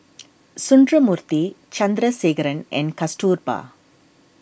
Sundramoorthy Chandrasekaran and Kasturba